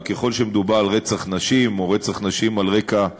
אבל ככל שמדובר ברצח נשים או רצח נשים על רקע משפחתי,